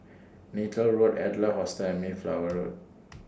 Neythal Road Adler Hostel and Mayflower Road